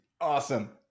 Awesome